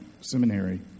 seminary